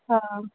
हा